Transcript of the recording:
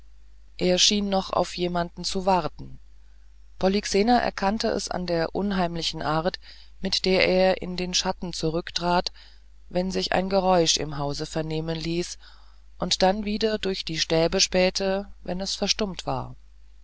er schien noch auf jemand zu warten polyxena erkannte es an der heimlichen art mit der er in den schatten zurücktrat wenn sich ein geräusch im hause vernehmen ließ und dann wieder durch die stäbe spähte wenn es verstummt war